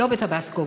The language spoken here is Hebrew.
לא בטבסקו,